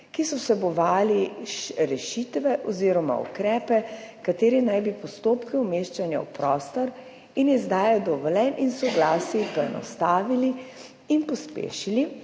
ki so vsebovali rešitve oziroma ukrepe, ki naj bi postopke umeščanja v prostor in izdajo dovoljenj in soglasij poenostavili in pospešili,